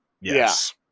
Yes